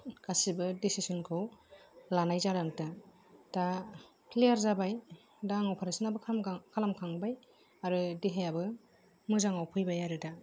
गासिबो दिसिसनखौ लानाय जानांदों दा क्लियार जाबाय दा आं अपारेसनआबो खालामखांबाय आरो देहायाबो मोजाङाव फैबाय आरो दा